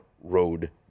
road